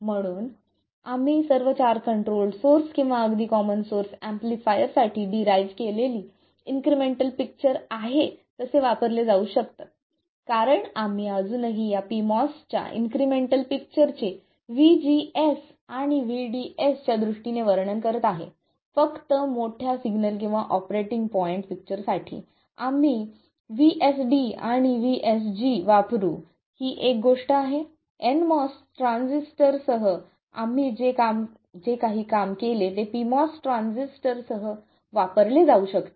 म्हणून आम्ही सर्व चार कंट्रोल्ड सोर्स किंवा अगदी कॉमन सोर्स एम्पलीफायर साठी डिराईव्ह केलेली इन्क्रिमेंटल पिक्चर आहे तसे वापरले जाऊ शकतात कारण आम्ही अजूनही या pMOS च्या इन्क्रिमेंटल पिक्चर चे vGS आणि vDS च्या दृष्टीने वर्णन करत आहे फक्त मोठ्या सिग्नल किंवा ऑपरेटिंग पॉईंट पिक्चर साठी आम्ही VSD आणि VSG वापरू ही एक गोष्ट आहे nMOS ट्रान्झिस्टर सह आम्ही जे काही काम केले ते pMOS ट्रान्झिस्टर सह वापरले जाऊ शकते